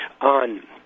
on